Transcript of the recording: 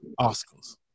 Oscars